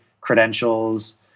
credentials